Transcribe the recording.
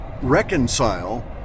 reconcile